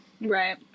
Right